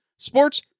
Sports